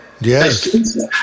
Yes